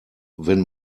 wenn